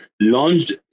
launched